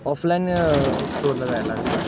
offline स्टोअरला जायला लागेल का